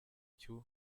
cy’u